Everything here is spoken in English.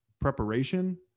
preparation